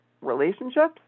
relationships